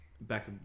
back